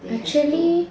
actually